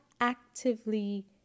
actively